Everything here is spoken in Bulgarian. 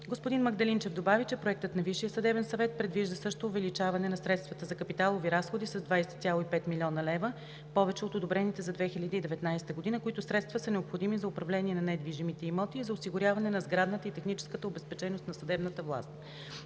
Господин Магдалинчев добави, че Проектът на Висшия съдебен съвет предвижда също увеличаване на средствата за капиталови разходи с 20,5 млн. лв. повече от одобрените за 2019 г., които средства са необходими за управление на недвижимите имоти и за осигуряване на сградната и техническата обезпеченост на съдебната власт.